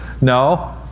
No